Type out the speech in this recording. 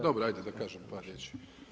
Dobro, hajde da kažem par riječi.